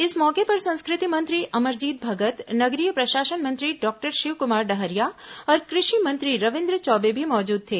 इस मौके पर संस्कृति मंत्री अमरजीत भगत नगरीय प्रशासन मंत्री डॉक्टर शिवकुमार डहरिया और कृषि मंत्री रविन्द्र चौबे भी मौजूद थे